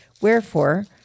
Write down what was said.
Wherefore